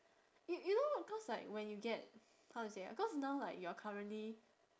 you you know cause like when you get how to say ah cause now like you're currently